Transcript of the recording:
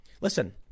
Listen